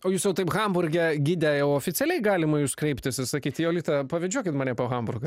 o jūs jau taip hamburge gide jau oficialiai galima jus kreiptis ir sakyt jolita pavedžiokit mane po hamburgą